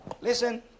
Listen